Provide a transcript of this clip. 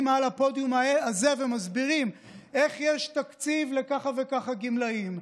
על הפודיום הזה ומסבירים איך יש תקציב לככה וככה גמלאים,